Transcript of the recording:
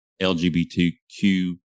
LGBTQ